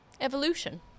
evolution